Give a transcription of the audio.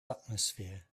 atmosphere